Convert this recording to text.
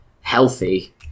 healthy